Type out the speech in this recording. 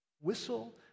Whistle